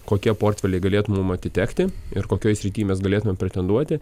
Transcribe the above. kokie portfeliai galėtų mum atitekti ir kokioj srity mes galėtumėm pretenduoti